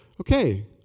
okay